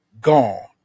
gone